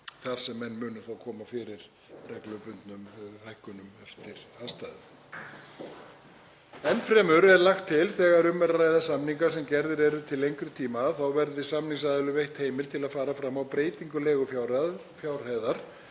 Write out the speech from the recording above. þar sem menn munu þá koma fyrir reglubundnum hækkunum eftir aðstæðum. Enn fremur er lagt til þegar um er að ræða samninga sem gerðir eru til lengri tíma verði samningsaðilum veitt heimild til að fara fram á breytingu leigufjárhæðar